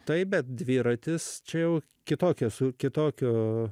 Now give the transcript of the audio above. taip bet dviratis čia jau kitokia su kitokio